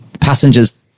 Passengers